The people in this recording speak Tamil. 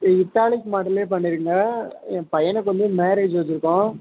இது இத்தாலிக் மாடல்லையே பண்ணிவிடுங்க என் பையனுக்கு வந்து மேரேஜ் வச்சுருக்கோம்